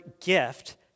gift